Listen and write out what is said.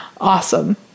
Awesome